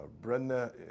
Brenda